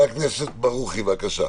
חבר הכנסת ברוכי, בבקשה.